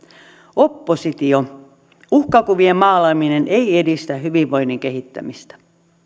oppositio uhkakuvien maalaaminen ei edistä hyvinvoinnin kehittämistä